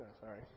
Sorry